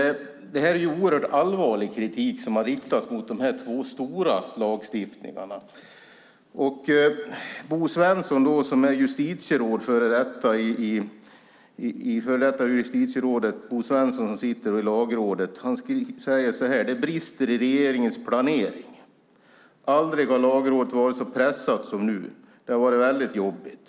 Det är oerhört allvarlig kritik som riktats mot de här två stora lagstiftningarna. Bo Svensson - före detta justitieråd - i Lagrådet säger så här: Det brister i regeringens planering. Aldrig har Lagrådet varit så pressat som nu. Det har varit väldigt jobbigt.